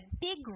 big